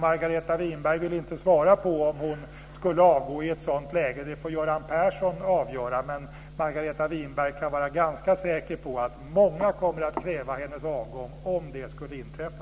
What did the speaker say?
Margareta Winberg vill inte svara på om hon skulle avgå i ett sådant läge; det får Göran Persson avgöra. Men Margareta Winberg kan vara ganska säker på att många kommer att kräva hennes avgång om det skulle inträffa.